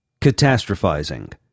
Catastrophizing